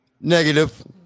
negative